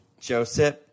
Joseph